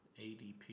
ADP